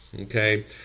Okay